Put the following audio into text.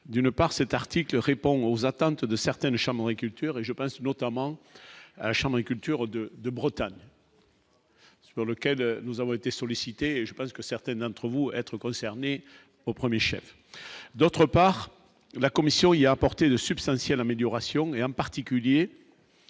d'une part, cet article répond aux attentes de certaines chambres et culture, et je pense notamment à Chambre écriture de de Bretagne. Sur lequel nous avons été sollicités et je pense que certaines entre vous être concerné au 1er chef d'autre part, la Commission il y apporter de substantielles améliorations et en particulier